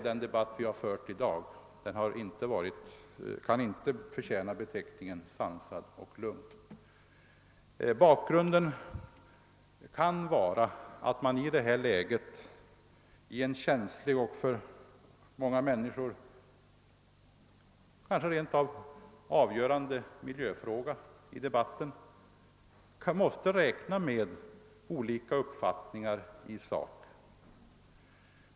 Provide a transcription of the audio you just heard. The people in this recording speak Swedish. Den debatt vi fört i dag kan inte förtjäna beteckningen sansad och lugn.